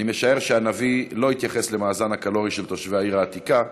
אני משער שהנביא לא התייחס למאזן הקלורי של תושבי העיר העתיקה,